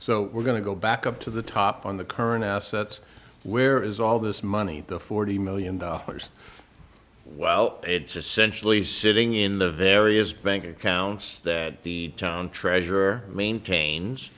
so we're going to go back up to the top on the current assets where is all this money the forty million dollars well it's essentially sitting in the various bank accounts that the town treasurer maintains